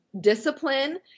discipline